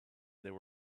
there